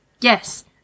yes